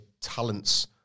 talents